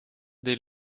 des